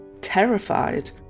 Terrified